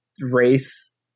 race